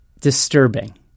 Disturbing